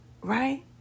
right